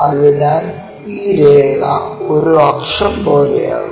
അതിനാൽ ഈ രേഖ ഒരു അക്ഷം പോലെയാകും